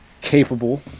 capable